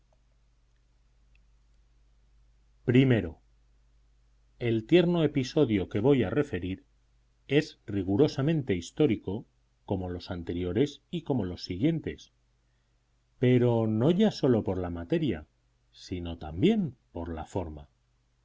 i el tierno episodio que voy a referir es rigurosamente histórico como los anteriores y como los siguientes pero no ya sólo por la materia sino también por la forma